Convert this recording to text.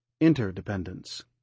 interdependence